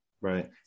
Right